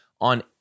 on